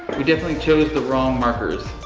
we definitely chose the wrong markers.